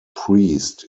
priest